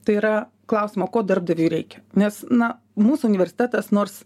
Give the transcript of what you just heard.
tai yra klausimą ko darbdaviui reikia nes na mūsų universitetas nors